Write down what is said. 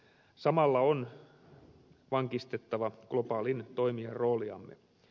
samalla on vankistettava globaalin toimijan rooliamme